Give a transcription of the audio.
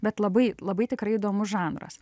bet labai labai tikrai įdomus žanras